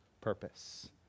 purpose